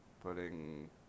putting